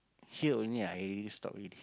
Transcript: here only I already stop already